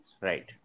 Right